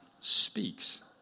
speaks